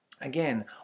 Again